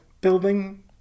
building